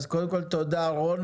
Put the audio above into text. אז קודם כל תודה, רון.